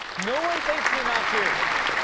no one thinks you're not serious.